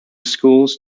schools